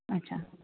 અચ્છા